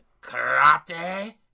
karate